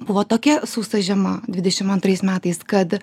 buvo tokia sausa žiema dvidešim antrais metais kad